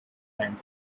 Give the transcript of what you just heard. grand